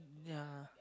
ya